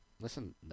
listen